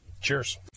Cheers